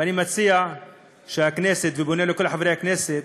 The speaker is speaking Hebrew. ואני מציע שהכנסת, ופונה אל כל חברי הכנסת,